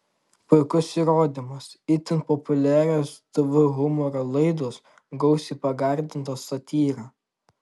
puikus įrodymas itin populiarios tv humoro laidos gausiai pagardintos satyra